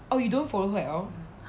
oh you don't follow her at all